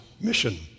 mission